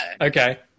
Okay